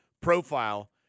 profile